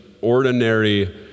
ordinary